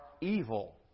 evil